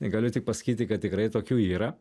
galiu tik pasakyti kad tikrai tokių yra